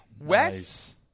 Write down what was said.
Wes